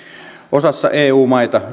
osassa eu maita